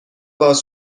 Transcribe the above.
باز